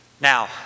Now